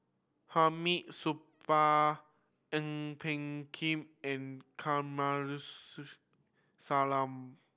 Hamid Supaat Ang Peng Tiam and Kamsari Salam